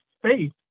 faith